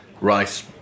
rice